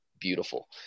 beautiful